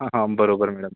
हा बरोबर मॅडम